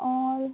অঁ